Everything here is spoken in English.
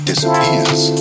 disappears